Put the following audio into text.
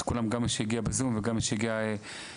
כל מי שהגיע בזום וגם כל מי שהגיע פיזית,